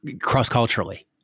cross-culturally